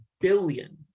billion